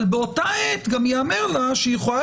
אבל באותה העת גם ייאמר לה שהיא יכולה